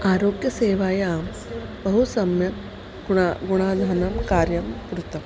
आरोग्यसेवायां बहु सम्यक् गुणः गुणाधनं कार्यं कृत्वा